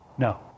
No